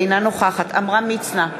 אינה נוכחת עמרם מצנע,